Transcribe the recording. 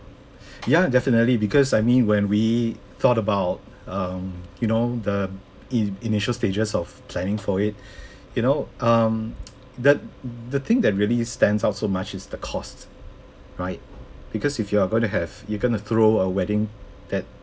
ya definitely because I mean when we thought about um you know the in~ initial stages of planning for it you know um the the thing that really stands out so much is the cost right because if you're gonna have you're gonna throw a wedding that